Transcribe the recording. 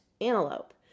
antelope